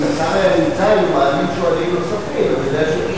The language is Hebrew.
אם השר היה נמצא, היינו מעלים שואלים נוספים, לא.